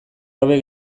gabe